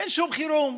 אין שום חירום,